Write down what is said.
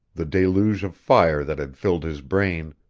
the deluge of fire that had filled his brain,